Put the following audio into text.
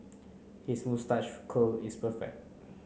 his moustache curl is perfect